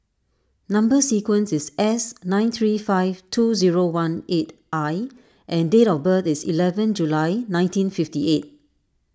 Number Sequence is S nine three five two zero one eight I and date of birth is eleven July nineteen fifty eight